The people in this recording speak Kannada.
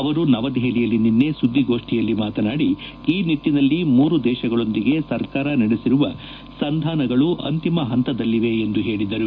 ಅವರು ನವದೆಹಲಿಯಲ್ಲಿ ನಿನ್ನೆ ಸುದ್ದಿಗೋಷ್ಟಿಯಲ್ಲಿ ಮಾತನಾಡಿ ಈ ನಿಟ್ಲನಲ್ಲಿ ಮೂರು ದೇಶಗಳೊಂದಿಗೆ ಸರ್ಕಾರ ನಡೆಸಿರುವ ಸಂದಾನಗಳು ಅಂತಿಮ ಹಂತದಲ್ಲಿವೆ ಎಂದು ಹೇಳಿದರು